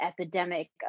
epidemic